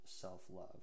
self-love